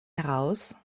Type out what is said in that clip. heraus